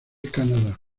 canadá